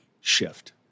shift